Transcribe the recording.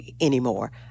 anymore